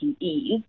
ease